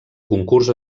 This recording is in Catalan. concurs